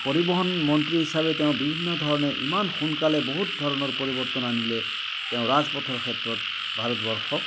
পৰিবহণ মন্ত্ৰী হিচাপে তেওঁ বিভিন্ন ধৰণে ইমান সোনকালে বহুত ধৰণৰ পৰিৱৰ্তন আনিলে তেওঁ ৰাজপথৰ ক্ষেত্ৰত ভাৰতবৰ্ষক